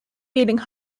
beating